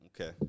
Okay